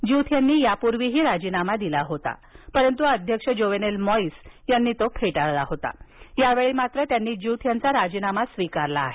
Jouthe यांनी यापूर्वीही राजिनामा दिला होता परंतु अध्यक्ष जोवेनेल मॉईस यांनी तो फेटाळला होता यावेळी मात्र त्यांना ज्यूथ यांचा राजिनामा स्विकारला आहे